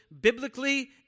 biblically